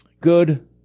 Good